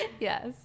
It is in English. Yes